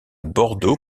bordeaux